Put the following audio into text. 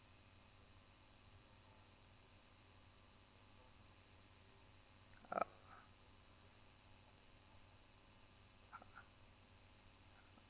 ah